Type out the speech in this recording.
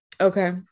okay